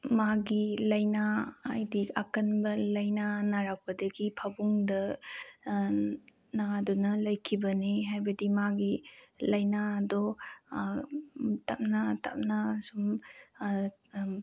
ꯃꯥꯒꯤ ꯂꯩꯅꯥ ꯍꯥꯏꯗꯤ ꯑꯀꯟꯕ ꯂꯩꯅꯥ ꯅꯥꯔꯛꯄꯗꯒꯤ ꯐꯃꯨꯡꯗ ꯅꯥꯗꯨꯅ ꯂꯩꯈꯤꯕꯅꯤ ꯍꯥꯏꯕꯗꯤ ꯃꯥꯒꯤ ꯂꯩꯅꯥꯗꯣ ꯇꯞꯅ ꯇꯞꯅ ꯁꯨꯝ